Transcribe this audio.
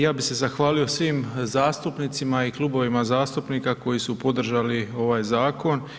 Ja bih se zahvalio svim zastupnicima i klubovima zastupnika koji su podržali ovaj zakon.